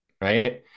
right